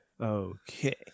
Okay